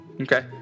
Okay